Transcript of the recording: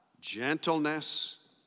Gentleness